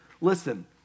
Listen